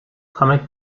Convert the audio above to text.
comic